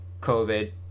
COVID